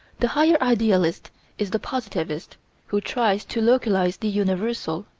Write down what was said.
the higher idealist is the positivist who tries to localize the universal,